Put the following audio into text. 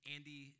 Andy